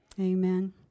Amen